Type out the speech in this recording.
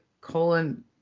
colon